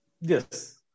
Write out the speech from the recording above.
Yes